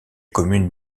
communes